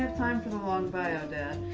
ah time for the long bio dad,